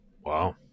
Wow